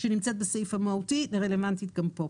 שנמצאת בסעיף המהותי והיא רלוונטי גם כאן.